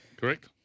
Correct